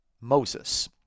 Moses